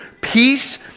Peace